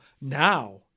Now